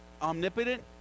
omnipotent